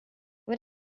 what